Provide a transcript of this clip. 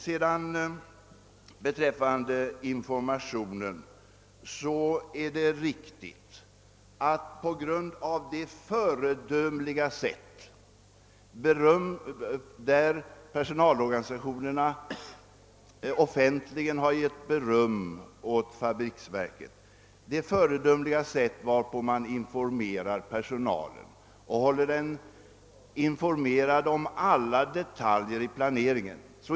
Vad beträffar informationen vill jag säga att personalorganisationerna offentligen har givit fabriksverket beröm för det föredömliga sätt på vilket man håller personalen informerad om alla detaljer i planeringen.